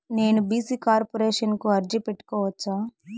నేను BC corporation కు అర్జీ పెట్టుకోవచ్చా?